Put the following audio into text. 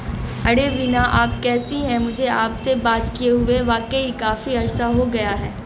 ارے وینا آپ کیسی ہیں مجھے آپ سے بات کئے ہوئے واقعی کافی عرصہ ہو گیا ہے